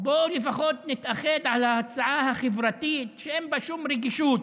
בואו לפחות נתאחד על הצעה חברתית שאין בה שום רגישות,